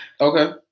Okay